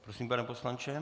Prosím, pane poslanče.